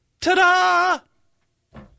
Ta-da